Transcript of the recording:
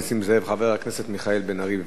חבר הכנסת מיכאל בן-ארי, בבקשה.